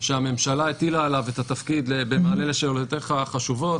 שהממשלה הטילה עליו את התפקיד במענה לשאלותיך החשובות